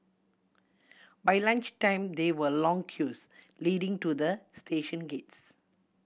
by lunch time there were long queues leading to the station gates